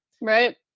right